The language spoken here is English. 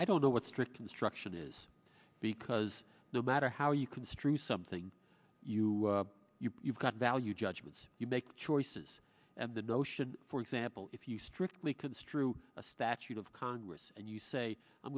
i don't know what strict construction is because no matter how you construe something you you've got value judgments you make choices and the notion for example if you strictly construe a statute of congress and you say i'm